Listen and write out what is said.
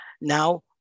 now